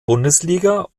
bundesliga